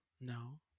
No